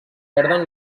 perden